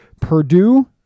Purdue